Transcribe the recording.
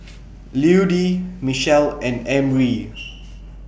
Ludie Michell and Emry